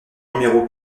numéro